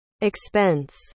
expense